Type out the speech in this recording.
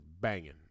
banging